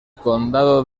condado